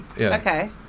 Okay